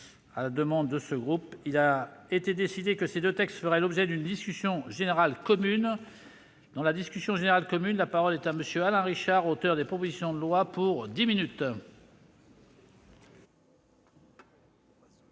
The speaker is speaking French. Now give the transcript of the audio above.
La République En Marche. Il a été décidé que ces deux textes feraient l'objet d'une discussion générale commune. Dans la discussion générale commune, la parole est à M. Alain Richard, auteur des propositions de loi. Monsieur